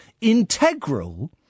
integral